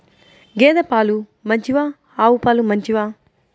గేద పాలు మంచివా ఆవు పాలు మంచివా?